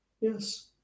Yes